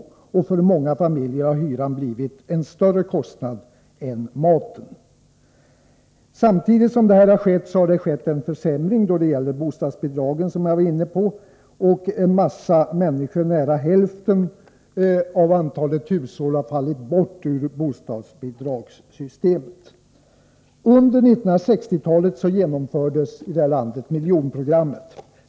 För många familjer har hyran blivit en större kostnad än maten. Samtidigt härmed har det skett en försämring då det gäller bostadsbidragen, som jag var inne på förut. Nära hälften av antalet hushåll har fallit bort ur bostadsbidragssystemet. Under 1960-talet genomfördes miljonprogrammet.